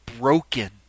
broken